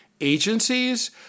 agencies